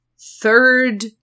third